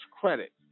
credit